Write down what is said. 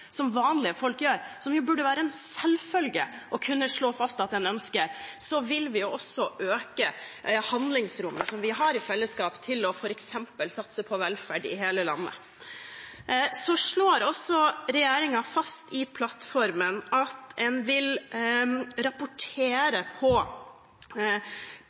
som vanlige folk gjør, noe det burde være en selvfølge å kunne slå fast at en ønsker, vil vi også øke handlingsrommet som vi har i fellesskap, til f.eks. å satse på velferd i hele landet. Så slår også regjeringen fast i plattformen at man vil